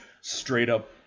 straight-up